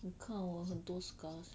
你看我很多 scars